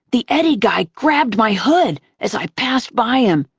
the eddie guy grabbed my hood as i passed by him,